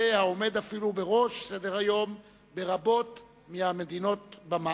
העומד אפילו בראש סדר-היום ברבות מהמדינות במערב.